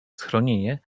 schronienie